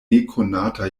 nekonata